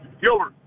gilbert